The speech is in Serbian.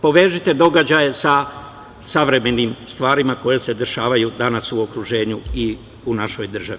Povežite događaje sa savremenim stvarima koje se dešavaju danas u okruženju i u našoj državi.